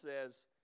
says